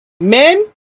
men